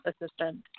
assistant